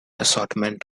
assortment